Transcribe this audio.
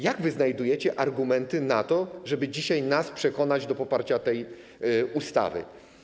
Jakie wy znajdujecie argumenty, żeby dzisiaj nas przekonać do poparcia tej ustawy?